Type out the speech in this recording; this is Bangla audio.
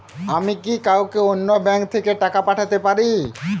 আমি কি কাউকে অন্য ব্যাংক থেকে টাকা পাঠাতে পারি?